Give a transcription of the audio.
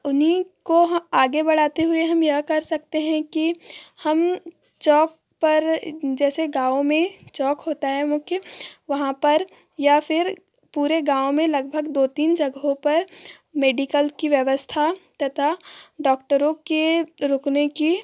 उन्हीं को आगे बढ़ाते हुए हम यह कर सकते हैं कि हम चौक पर जैसे गाँव में चौक होता है मुख्य वहाँ पर या फ़िर पूरे गाँव में लगभग दो तीन जगहों पर मेडिकल की व्यवस्था तथा डॉक्टरों के रुकने की